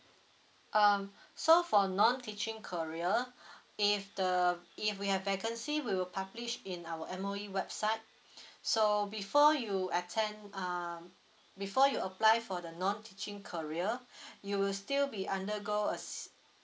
um so for non teaching career if the if we have vacancy we will publish in our M_O_E website so before you attend uh before you apply for the non teaching career you will still be undergo a